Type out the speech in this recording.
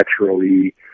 naturally